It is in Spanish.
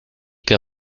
que